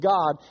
God